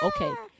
okay